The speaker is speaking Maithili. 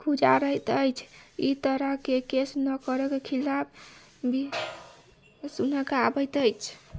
गुजारैत अछि ई तरहके केस नौकरके खिलाफ भी सुनऽ कऽ आबैत अछि